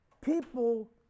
people